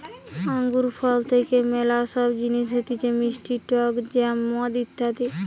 আঙ্গুর ফল থেকে ম্যালা সব জিনিস হতিছে মিষ্টি টক জ্যাম, মদ ইত্যাদি